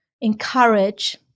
encourage